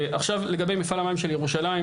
לגבי מפעל המים של ירושלים,